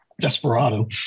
Desperado